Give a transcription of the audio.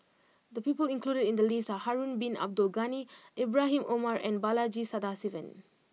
the people included in the list are Harun bin Abdul Ghani Ibrahim Omar and Balaji Sadasivan